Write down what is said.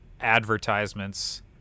advertisements